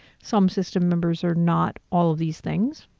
some system members are not all of these things,